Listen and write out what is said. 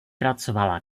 pracovala